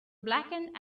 blackened